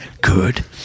Good